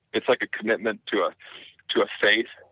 it's like a commitment to ah to a faith,